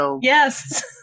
Yes